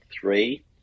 three